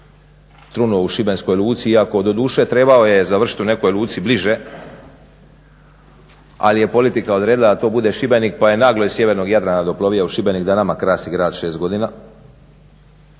trunuo u šibenskoj luci iako doduše trebao je završiti u nekoj luci bliže, ali je politika odredila da to bude Šibenik pa je naglo iz sjevernog Jadrana doplovio u Šibenik da nama krasi grad šest godina.